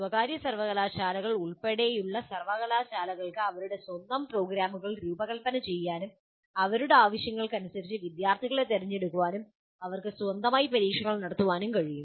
സ്വകാര്യ സർവ്വകലാശാലകൾ ഉൾപ്പെടെയുള്ള സർവ്വകലാശാലകൾക്ക് അവരുടെ സ്വന്തം പ്രോഗ്രാമുകൾ രൂപകൽപ്പന ചെയ്യാനും അവരുടെ ആവശ്യങ്ങൾക്കനുസരിച്ച് വിദ്യാർത്ഥികളെ തിരഞ്ഞെടുക്കാനും അവർക്ക് സ്വന്തമായി പരീക്ഷകൾ നടത്താനും കഴിയും